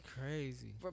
crazy